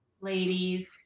ladies